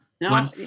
No